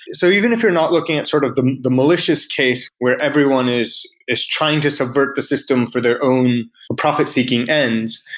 so even if you're not looking at sort of the the malicious case where everyone is is trying to subvert the system for their own profit-seeking ends,